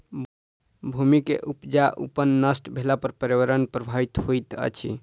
भूमि के उपजाऊपन नष्ट भेला पर पर्यावरण प्रभावित होइत अछि